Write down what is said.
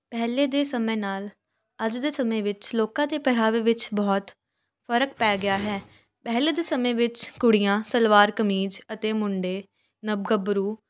ਪਹਿਲੇ ਦੇ ਸਮੇਂ ਨਾਲ ਅੱਜ ਦੇ ਸਮੇਂ ਵਿੱਚ ਲੋਕਾਂ ਦੇ ਪਹਿਰਾਵੇ ਵਿੱਚ ਬਹੁਤ ਫਰਕ ਪੈ ਗਿਆ ਹੈ ਪਹਿਲੇ ਦੇ ਸਮੇਂ ਵਿੱਚ ਕੁੜੀਆਂ ਸਲਵਾਰ ਕਮੀਜ਼ ਅਤੇ ਮੁੰਡੇ ਨਵ ਗੱਬਰੂ